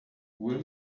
will